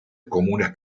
comunas